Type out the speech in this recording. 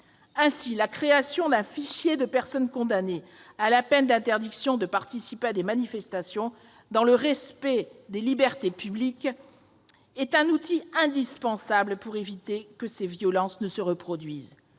Ainsi, la création d'un fichier de personnes condamnées à la peine d'interdiction de participer à des manifestations, dans le respect des libertés publiques, est un outil indispensable pour éviter que les violences ne se reproduisent.